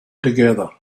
together